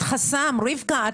את חסם, רבקה.